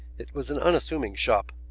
it was an unassuming shop,